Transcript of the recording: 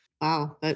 Wow